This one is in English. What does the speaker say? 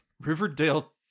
Riverdale